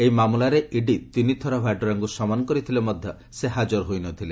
ଏହି ମାମଲାରେ ଇଡି ତିନି ଥର ଭାଡ୍ରାଙ୍କୁ ସମନ କରିଥିଲେ ମଧ୍ୟ ସେ ହାଜର ହୋଇ ନ ଥିଲେ